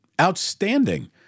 Outstanding